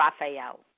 Raphael